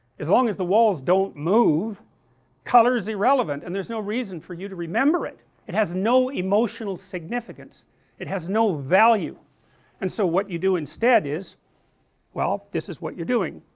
as long as the walls don't move color is irrelavant, and there is no reason for you to remember it it has no emotional significance it has no value and so what you do instead is well, this is what you're doing,